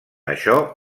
això